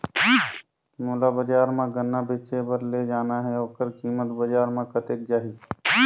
मोला बजार मां गन्ना बेचे बार ले जाना हे ओकर कीमत बजार मां कतेक जाही?